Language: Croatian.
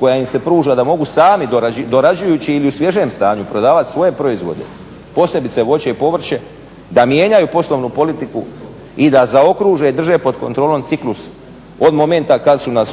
koja im se pruža da mogu dorađujući ili u svježem stanju prodavati svoje proizvode posebice voće i povrće da mijenjaju poslovnu politiku i da zaokruže i da drže pod kontrolom ciklus od momenta kad su na